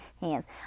hands